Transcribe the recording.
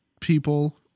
people